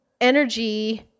energy